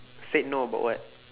said no about what